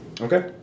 Okay